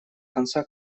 конца